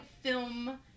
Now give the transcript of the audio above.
film